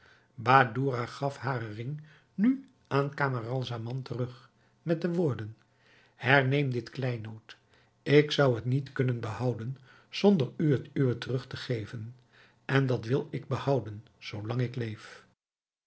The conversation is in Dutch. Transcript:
badoura gaf haren ring nu aan camaralzaman terug met de woorden herneem dit kleinood ik zou het niet kunnen behouden zonder u het uwe terug te geven en dat wil ik behouden zoo lang ik leef